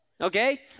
Okay